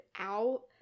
out